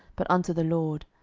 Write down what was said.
but unto the lord.